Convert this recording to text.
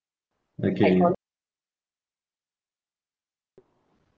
okay